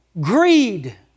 greed